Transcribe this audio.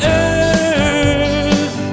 earth